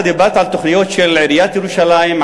אתה דיברת על תוכניות של עיריית ירושלים,